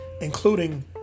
including